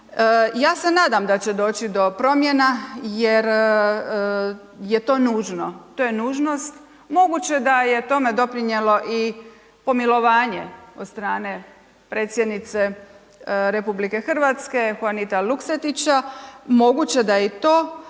ja se nadam da će doći do promjena jer je to nužno, to je nužnost. Moguće da je tome doprinijelo pomilovanje od strane predsjednice RH Huanita Luksetića, moguće da je i